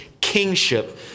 kingship